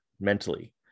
mentally